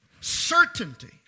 certainty